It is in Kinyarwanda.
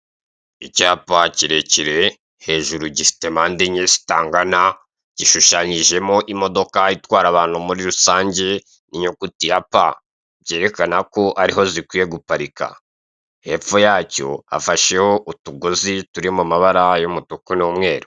Icyapa kirekire hejuru gifite mpande enye zitangana gishushanyijemo imodoka itwara abantu muri rusange n'inyuguti ya P kerekana ko ariho zikwiye guparika hepfo yacyo hafasheho utugozi turi mu mabara y'umutuku n'umweru.